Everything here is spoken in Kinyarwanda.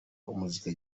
umuziki